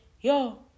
yo